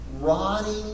rotting